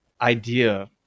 idea